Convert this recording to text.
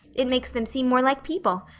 it makes them seem more like people.